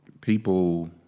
People